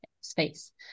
space